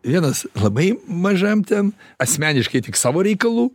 vienas labai mažam ten asmeniškai tik savo reikalų